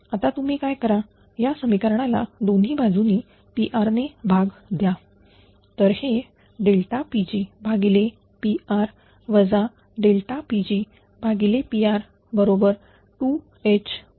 आता तुम्ही काय करा या समीकरणाला दोन्ही बाजूंनी Pr ने भाग द्या